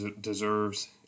deserves